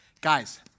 Guys